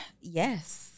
Yes